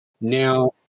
Now